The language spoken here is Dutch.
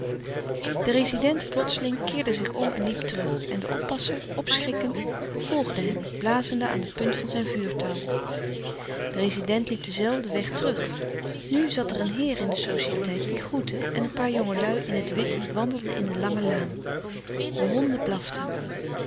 de rezident plotseling keerde zich om en liep terug en de oppasser opschrikkend volgde hem blazende aan de punt van zijn vuurtouw de rezident liep den zelfden weg terug nu zat er een heer in de societeit die groette en een paar jongelui in het wit wandelden in de lange laan de honden blaften